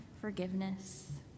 forgiveness